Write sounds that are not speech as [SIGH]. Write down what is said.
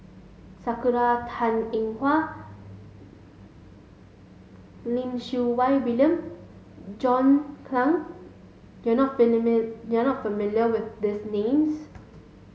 Sakura Teng Ying Hua Lim Siew Wai William John Clang you are not [UNINTELLIGIBLE] you are not familiar with these names